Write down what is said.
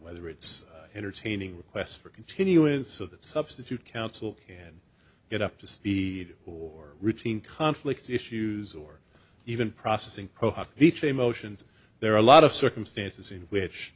whether it's entertaining requests for continuance of that substitute counsel can get up to speed or routine conflict issues or even processing prohack reach a motions there are a lot of circumstances in which